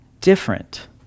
different